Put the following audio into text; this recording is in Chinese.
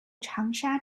长沙